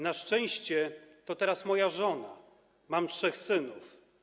Na szczęście to teraz moja żona, mam trzech synów.